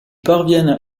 parviennent